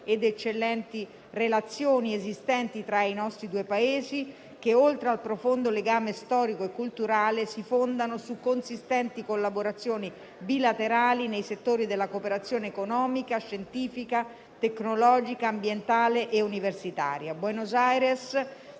ed eccellenti relazioni esistenti tra i nostri due Paesi che, oltre al profondo legame storico e culturale, si fondano su consistenti collaborazioni bilaterali nei settori della cooperazione economica, scientifica, tecnologica, ambientale e universitaria.